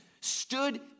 stood